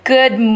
Good